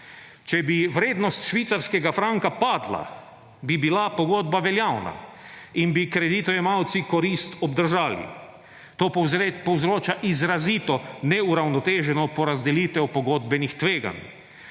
Če bi vrednost švicarskega franka padla, bi bila pogodba veljavna in bi kreditojemalci korist obdržali. To povzroča izrazito neuravnoteženo porazdelitev pogodbenih tveganj.